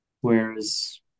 whereas